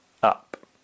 up